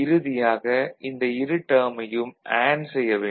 இறுதியாக இந்த இரு டேர்மையும் அண்டு செய்ய வேண்டும்